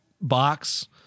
box